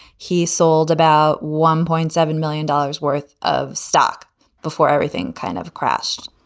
he sold about one point seven million dollars worth of stock before everything kind of crashed.